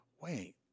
wait